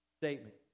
statement